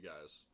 guys